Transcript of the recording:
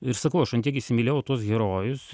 ir sakau aš įsimylėjau tuos herojus